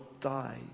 die